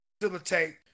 facilitate